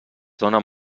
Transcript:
donen